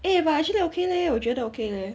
eh but actually okay leh 我觉得 okay leh